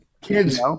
kids